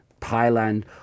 Thailand